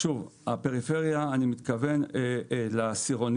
שוב, הפריפריה אני מתכוון לעשירונים,